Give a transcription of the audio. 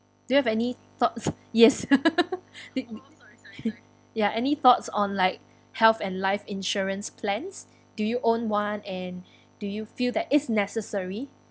do you have any thoughts yes ya any thoughts on like health and life insurance plans do you own one and do you feel that is necessary